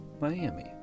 Miami